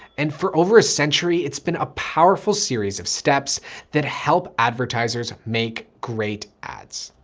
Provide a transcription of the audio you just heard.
and for over a century, it's been a powerful series of steps that help advertisers make great ads.